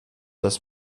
das